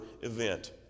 event